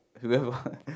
whoever